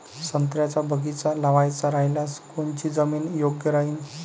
संत्र्याचा बगीचा लावायचा रायल्यास कोनची जमीन योग्य राहीन?